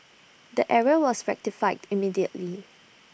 the error was rectified immediately